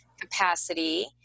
capacity